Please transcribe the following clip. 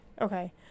Okay